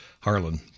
Harlan